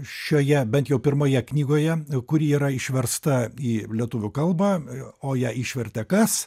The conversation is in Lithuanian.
šioje bent jau pirmoje knygoje kuri yra išversta į lietuvių kalbą o ją išvertė kas